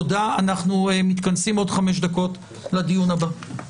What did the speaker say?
תודה, אנחנו מתכנסים עוד חמש דקות לדיון הבא.